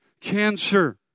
cancer